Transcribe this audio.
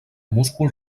múscul